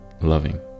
loving